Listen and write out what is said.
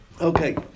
okay